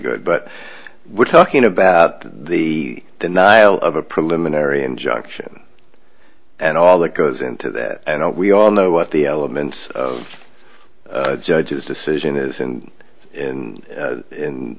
good but we're talking about the denial of a preliminary injunction and all that goes into that and we all know what the elements of the judge's decision is and in